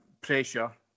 pressure